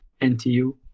NTU